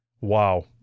Wow